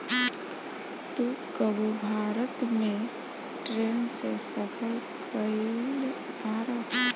तू कबो भारत में ट्रैन से सफर कयिउल बाड़